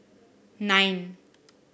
nine